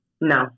No